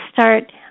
start